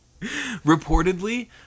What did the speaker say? Reportedly